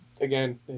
Again